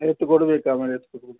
ಎಷ್ಟು ಕೊಡ್ಬೇಕು ಆಮೇಲೆ